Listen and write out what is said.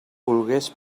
volgués